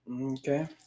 Okay